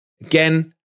Again